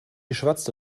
schwatzte